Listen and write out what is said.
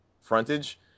frontage